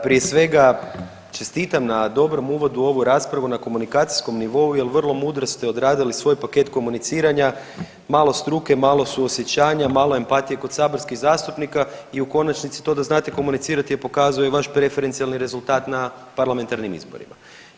Prije svega čestitam na dobrom uvodu u ovu raspravu na komunikacijskom nivou jer vrlo mudro ste odradili svoj paket komuniciranja, malo struke, malo suosjećanja, malo empatije kroz saborskih zastupnika i u konačnici to da znate komunicirati je pokazuje vaš preferencijalni rezultat na parlamentarnim izborima.